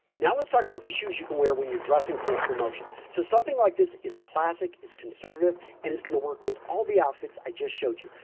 now, let's talk about the shoes you can wear when you're dressing for a promotion. so, something like this is classic is conservative and it's going to work with all the outfits i just showed you,